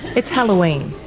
it's halloween.